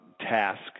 task